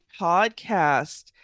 podcast